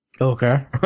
Okay